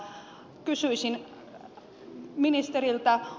kysyisin ministeriltä